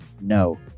no